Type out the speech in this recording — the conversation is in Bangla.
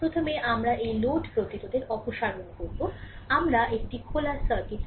প্রথমে আমরা এই লোড প্রতিরোধের অপসারণ করব আমরা একটি খোলার সার্কিট তৈরি করব যা আপনি করেছেন